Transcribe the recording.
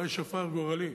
אולי שפר גורלי,